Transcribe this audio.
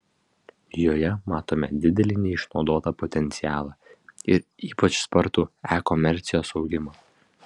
joje matome didelį neišnaudotą potencialą ir ypač spartų e komercijos augimą